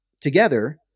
together